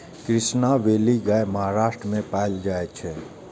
Krishna valley गाय महाराष्ट्र मे पाएल जाइ छै